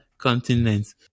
Continents